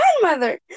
Grandmother